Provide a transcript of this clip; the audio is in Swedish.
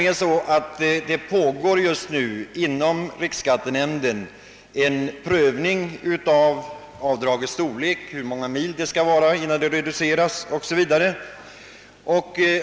Inom riksskattenämnden pågår nämligen just nu en prövning av frågan om avdragets storlek, efter hur många mil det skall reduceras 0. s. Vv.